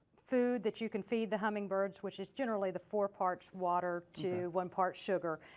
food that you can feed the hummingbirds which is generally the four parts water to one part sugar.